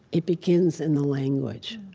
it begins in the language.